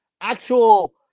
actual